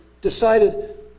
decided